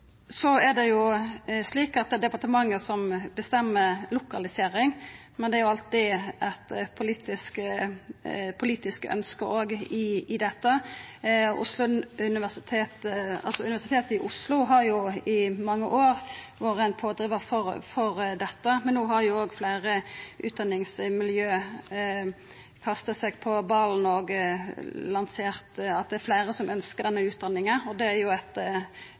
Så er det slik at det er departementet som bestemmer lokalisering, men det er alltid eit politisk ønske òg i dette. Universitetet i Oslo har i mange år vore ein pådrivar for dette, men no har fleire utdanningsmiljø òg kasta seg på ballen og lansert at det er fleire som ønskjer denne utdanninga – og det er jo eit